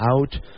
out